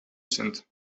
sind